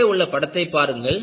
கீழே உள்ள இந்த படத்தை பாருங்கள்